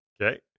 Okay